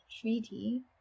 treaty